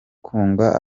kunga